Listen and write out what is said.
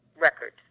records